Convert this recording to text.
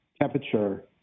temperature